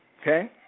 okay